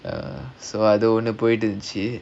ya so அது ஒன்னு போய்ட்டுருந்துச்சு:adhu onnu poitrunthuchu